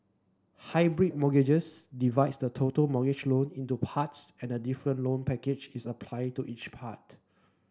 hybrid mortgages divides the total mortgage loan into parts and a different loan package is applied to each part